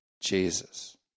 Jesus